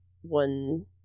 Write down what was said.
one